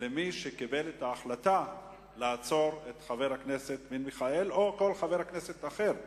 למי שקיבל את ההחלטה לעצור את חבר הכנסת בן-ארי או כל חבר כנסת אחר.